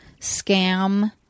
scam